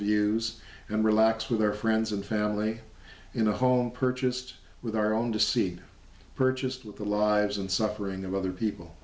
views and relax with our friends and family in a home purchased with our own to see purchased with the lives and suffering of other people